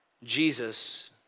Jesus